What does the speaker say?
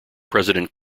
president